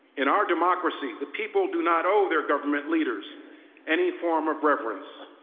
in our democracy, the people do not owe their government leaders any form of reverence.